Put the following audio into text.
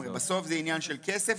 בסוף זה עניין של כסף,